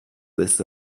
this